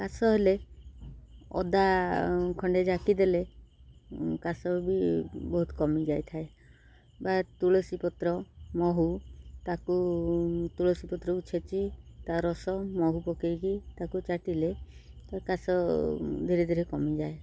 କାଶ ହେଲେ ଅଦା ଖଣ୍ଡେ ଜାକିଦେଲେ କାଶ ବି ବହୁତ କମିଯାଇ ଥାଏ ବା ତୁଳସୀ ପତ୍ର ମହୁ ତାକୁ ତୁଳସୀ ପତ୍ରକୁ ଛେଚି ତା ରସ ମହୁ ପକାଇକି ତାକୁ ଚାଟିଲେ କାଶ ଧୀରେ ଧୀରେ କମିଯାଏ